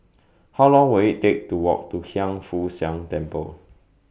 How Long Will IT Take to Walk to Hiang Foo Siang Temple